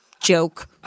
joke